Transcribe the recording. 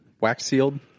wax-sealed